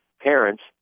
parents